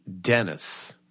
Dennis